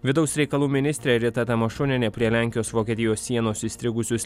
vidaus reikalų ministrė rita tamašunienė prie lenkijos vokietijos sienos įstrigusius